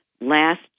Last